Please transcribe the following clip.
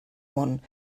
món